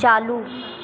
चालू